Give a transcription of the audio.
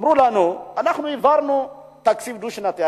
אמרו לנו: אנחנו העברנו תקציב דו-שנתי.